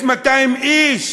1,200 איש?